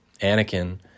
Anakin